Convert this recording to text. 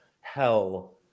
hell